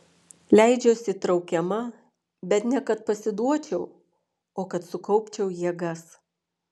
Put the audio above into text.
leidžiuosi traukiama bet ne kad pasiduočiau o kad sukaupčiau jėgas